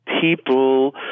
people